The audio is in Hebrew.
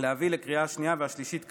לקריאה השנייה והשלישית כעת,